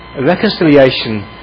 reconciliation